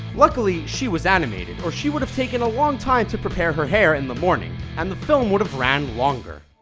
luckily she was animated or she would have taken a long time to prepare her hair in the morning and the film would have ran longer.